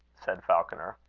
said falconer.